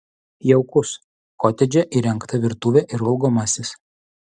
jaukus kotedže įrengta virtuvė ir valgomasis